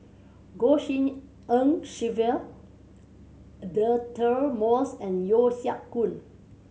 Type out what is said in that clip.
Goh Tshin En Sylvia Deirdre Moss and Yeo Siak Goon